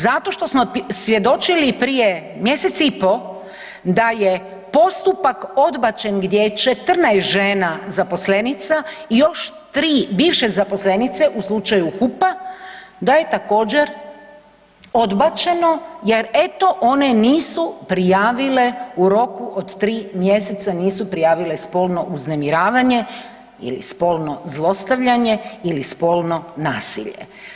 Zato što smo svjedočili prije mjesec i po', da je postupak odbačen, gdje je 14 žena zaposlenica i još 3 bivše zaposlenice HUP-a, da je također, odbačeno jer eto, one nisu prijavile u roku od 3 mjeseca, nisu prijavile spolno uznemiravanje ili spolno zlostavljanje ili spolno nasilje.